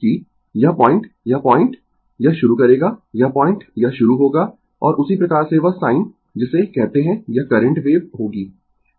कि यह पॉइंट यह पॉइंट यह शुरू करेगा यह पॉइंट यह शुरू होगा और उसी प्रकार से वह sin जिसे कहते है यह करंट वेव होगी